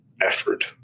effort